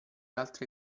altre